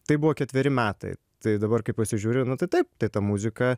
tai buvo ketveri metai tai dabar kai pasižiūriu nu tai taip tai ta muzika